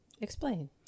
Explain